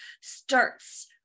starts